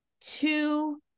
two